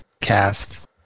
cast